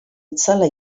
itzala